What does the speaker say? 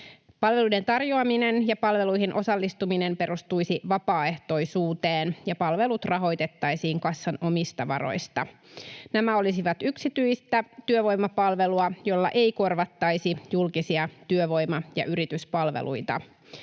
Palveluiden tarjoaminen ja palveluihin osallistuminen perustuisivat vapaaehtoisuuteen, ja palvelut rahoitettaisiin kassan omista varoista. Nämä olisivat yksityistä työvoimapalvelua, jolla ei korvattaisi julkisia työvoima- ja yrityspalveluita.